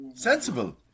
Sensible